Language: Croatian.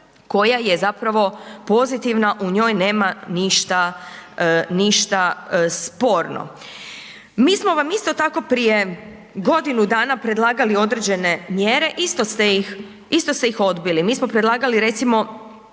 koja je zapravo pozitivna, u njoj nema ništa, ništa sporno. Mi smo vam isto tako prije godinu dana predlagali određene mjere, isto ste ih, isto ste ih odbili. Mi smo predlagali recimo